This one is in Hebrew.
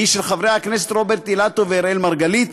היא של חברי הכנסת רוברט אילטוב ואראל מרגלית,